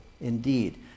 Indeed